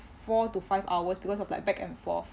four to five hours because of like back and forth